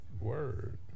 word